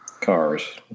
cars